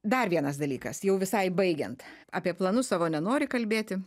dar vienas dalykas jau visai baigiant apie planus savo nenori kalbėti